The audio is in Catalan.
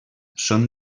són